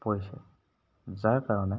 পৰিছে যাৰ কাৰণে